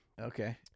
Okay